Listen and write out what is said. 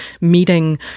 meeting